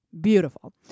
Beautiful